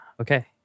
Okay